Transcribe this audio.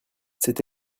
c’est